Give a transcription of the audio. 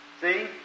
See